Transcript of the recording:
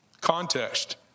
context